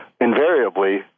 invariably